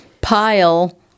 pile